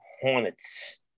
Hornets